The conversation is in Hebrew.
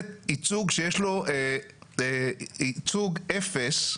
זה ייצוג שיש לו ייצוג אפס,